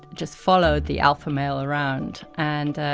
just followed the alpha male around. and,